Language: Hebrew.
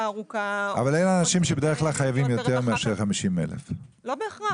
ארוכה- -- אבל אלה אנשים שבדרך כלל חייבים יותר מאשר 50,000. לא בהכרח.